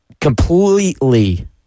completely